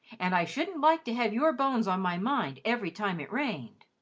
and i shouldn't like to have your bones on my mind every time it rained.